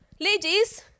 ladies